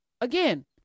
again